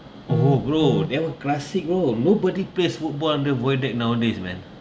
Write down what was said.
oh bro that was classic bro nobody plays football underworld deck nowadays man